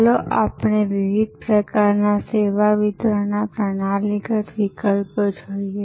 ચાલો આપણે વિવિધ પ્રકારના સેવા વિતરણના પ્રણાલીગત વિકલ્પો જોઈએ